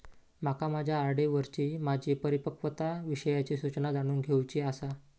माका माझ्या आर.डी वरची माझी परिपक्वता विषयची सूचना जाणून घेवुची आसा